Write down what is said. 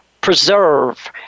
preserve